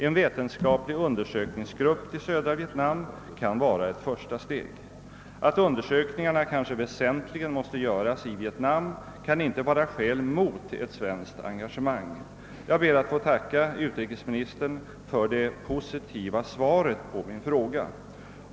En vetenskaplig undersökningsgrupp till södra Vietnam kan vara ett första steg. Att undersökningarna kanske väsentligen måste göras i Vietnam kan inte vara ett skäl mot ett svenskt engagemang. Jag ber att få tacka utrikesministern för det positiva svaret på min fråga.